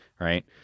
right